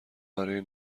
برای